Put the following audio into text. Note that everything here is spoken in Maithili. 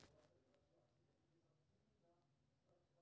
एकरा रोकै खातिर फूलक कियारी लग पानिक निकासी ठीक रखबाक चाही